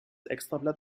extrablatt